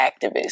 activist